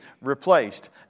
replaced